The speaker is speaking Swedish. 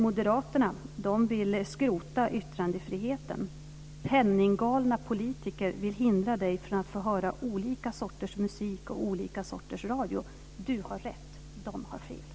Moderaterna vill skrota yttrandefriheten. Penninggalna politiker vill hindra dig från att höra olika sorters musik och olika sorters radio. Du har rätt! De har fel!